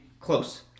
close